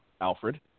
Alfred